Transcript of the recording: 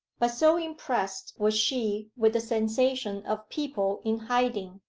but so impressed was she with the sensation of people in hiding,